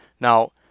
Now